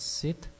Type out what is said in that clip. sit